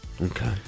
Okay